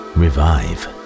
revive